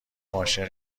عاشق